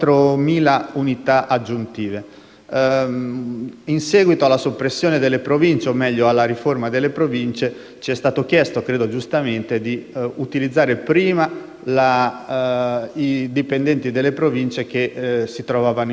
in seguito alla soppressione delle Province, o meglio alla riforma delle Province, ci è stato chiesto - credo giustamente - di utilizzare prima i dipendenti delle Province che si trovavano in esubero.